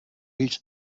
each